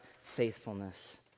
faithfulness